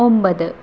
ഒമ്പത്